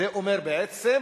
וזה אומר בעצם: